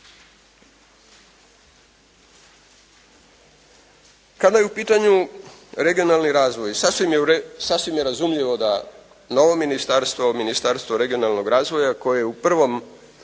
Kada je u pitanju regionalni razvoj sasvim je razumljivo da novo ministarstvo, Ministarstvo regionalnog razvoja koji je u prvom